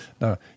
Now